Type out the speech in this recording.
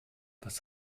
was